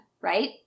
right